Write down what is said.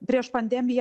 prieš pandemiją